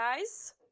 guys